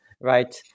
right